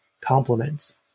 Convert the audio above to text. compliments